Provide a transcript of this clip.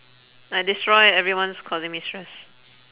I destroy everyone's causing me stress